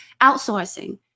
outsourcing